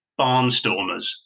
barnstormers